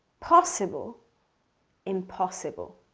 possible impossible